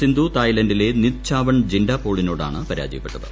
സിന്ധു തായ്ലൻഡിലെ നിത്ചാവൺ ജിൻഡാപോളിനോട്ടാണ് പരാജയപ്പെട്ടത്